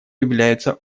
является